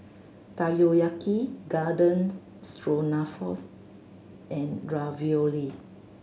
Takoyaki Garden Stroganoff and Ravioli